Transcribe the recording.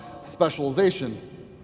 specialization